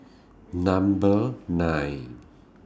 Number nine